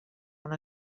una